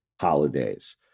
holidays